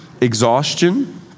Exhaustion